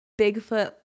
Bigfoot